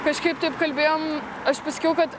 kažkaip taip kalbėjom aš pasakiau kad